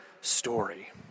story